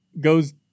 goes